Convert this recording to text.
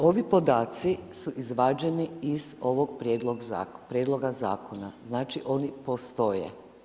Ovi podaci su izvađeni iz ovog Prijedloga zakona, znači oni postoje.